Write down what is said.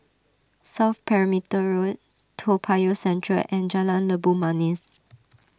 South Perimeter Road Toa Payoh Central and Jalan Labu Manis